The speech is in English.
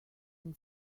and